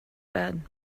bed